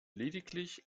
lediglich